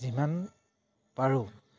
যিমান পাৰোঁ